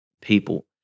people